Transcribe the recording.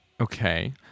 Okay